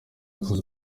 yakoze